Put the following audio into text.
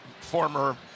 former